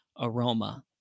aroma